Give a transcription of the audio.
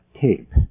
tape